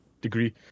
degree